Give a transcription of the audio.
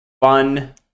Fun